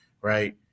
right